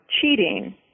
cheating